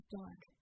dark